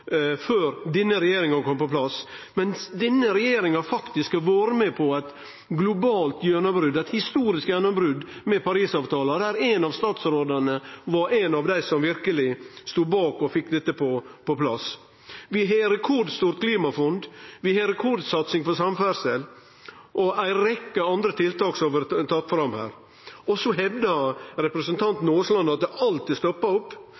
før denne regjeringa kom på plass, mens denne regjeringa faktisk har vore med på eit globalt gjennombrot, eit historisk gjennombrot, med Paris-avtalen, der ein av statsrådane var ein av dei som verkeleg stod bak og fekk dette på plass. Vi har eit rekordstort klimafond, vi har ei rekordsatsing på samferdsel, og vi har ei rekkje andre tiltak som kunne vore tatt fram her. Så hevdar representanten Aasland at det alltid stoppar opp.